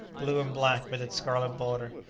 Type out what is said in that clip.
blue and black with its scarlet border.